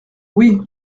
oui